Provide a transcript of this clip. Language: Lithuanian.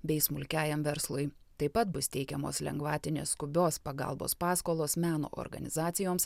bei smulkiajam verslui taip pat bus teikiamos lengvatinės skubios pagalbos paskolos meno organizacijoms